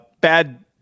Bad